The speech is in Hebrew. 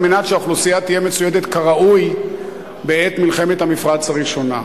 על מנת שהאוכלוסייה תהיה מצוידת כראוי בעת מלחמת המפרץ הראשונה,